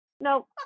no